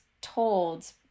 told